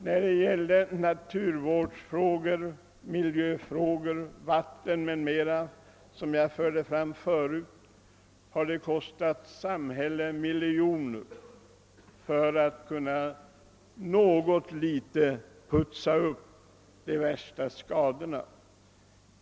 När det gällt naturvårdsfrågor, miljöfrågor och vattenfrågor som jag förde fram förut har det kostat samhället miljoner att något litet putsa bort de värsta skadorna.